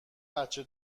بچه